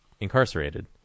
incarcerated